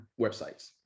websites